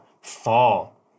fall